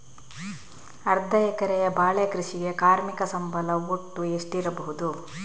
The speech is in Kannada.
ಅರ್ಧ ಎಕರೆಯ ಬಾಳೆ ಕೃಷಿಗೆ ಕಾರ್ಮಿಕ ಸಂಬಳ ಒಟ್ಟು ಎಷ್ಟಿರಬಹುದು?